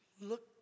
look